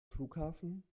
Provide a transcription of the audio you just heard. flughafen